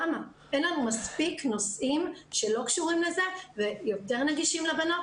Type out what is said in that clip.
אין לנו מספיק נושאים שלא קשורים לזה ויותר נגישים לבנות,